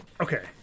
Okay